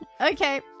Okay